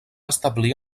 establir